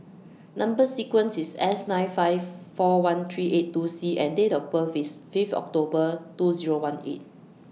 Number sequence IS S nine five four one three eight two C and Date of birth IS five October two Zero one eight